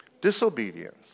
disobedience